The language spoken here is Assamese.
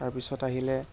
তাৰপিছত আহিলে